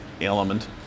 element